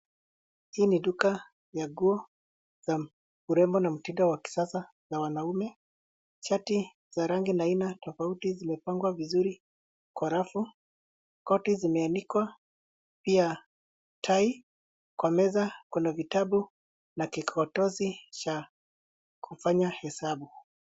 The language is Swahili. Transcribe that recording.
Hii ni duka ya nguo za urembo na mtindo wa kisasa za wanaume, shati za rangi na aina tofauti zimepangwa vizuri kwa rafu. Koti zimeanikwa, pia tai. Kwa meza kuna vitabu na kikokotozi cha kufanya hesabu.